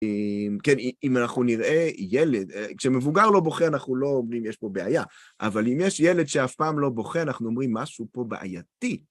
כן, אם אנחנו נראה ילד, כשמבוגר לא בוכה, אנחנו לא אומרים יש פה בעיה, אבל אם יש ילד שאף פעם לא בוכה, אנחנו אומרים משהו פה בעייתי.